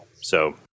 So-